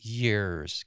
years